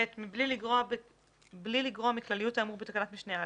בלי לגרוע מכלליות האמור בתקנת משנה (א)